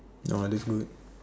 no it looks good